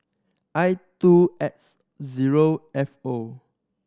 I two X zero F O